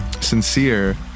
sincere